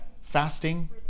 Fasting